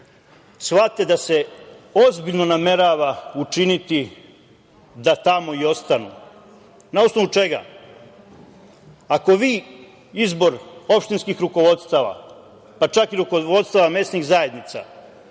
shvate da se ozbiljno namerava učiniti da tamo i ostanu. Na osnovu čega? Ako vi izbor opštinskih rukovodstava, pa čak i rukovodstva mesnih zajednica,